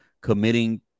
committing